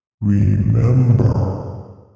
Remember